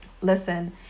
Listen